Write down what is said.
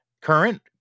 Current